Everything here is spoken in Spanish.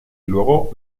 luego